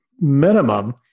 minimum